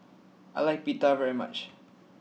I like Pita very much